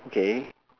okay